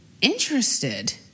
interested